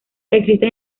existe